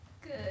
Good